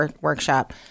workshop